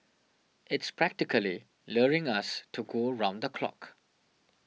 it's practically luring us to go round the clock